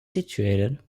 situated